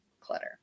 clutter